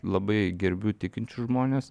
labai gerbiu tikinčius žmones